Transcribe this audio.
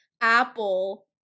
apple